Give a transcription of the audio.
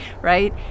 right